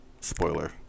spoiler